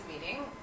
meeting